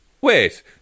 Wait